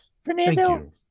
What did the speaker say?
Fernando